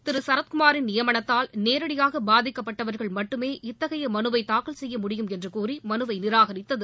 திரு சரத்குமாரின் நியமனத்தால் நேரடியாக பாதிக்கப்பட்டவர்கள் மட்டுமே இத்தகைய மனுவை தூக்கல் செய்ய முடியும் என்றுகூறி மனுவை நிராகரித்தது